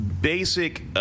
basic